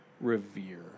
revere